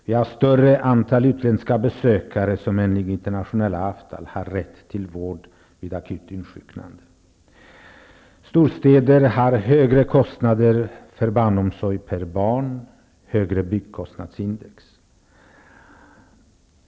Vi har ett större antal utländska besökare, som enligt internationella avtal har rätt till vård vid akut insjuknande. Storstäder har högre kostnader för barnomsorg per barn och högre byggkostnadsindex.